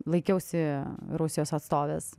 laikiausi rusijos atstovės